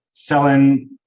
Selling